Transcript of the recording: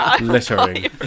Littering